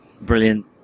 brilliant